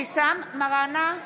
אבתיסאם מראענה,